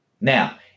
Now